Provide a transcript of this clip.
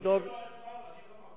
אני לא מפריע.